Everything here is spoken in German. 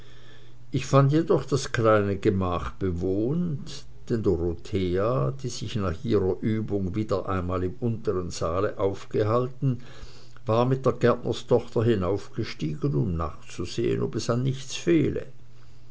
ich fand jedoch das kleine gemach bewohnt denn dorothea die sich nach ihrer übung wieder einmal im untern saale aufgehalten war mit der gärtnerstochter hinaufgestiegen um nachzusehen ob es an nichts fehle